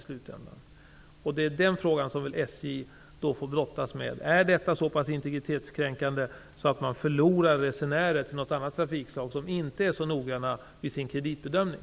SJ får brottas med frågan om detta är så pass integritetskränkande att SJ förlorar resenärer till ett annat trafikslag som inte är så noggrann i sin kreditbedömning.